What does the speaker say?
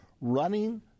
running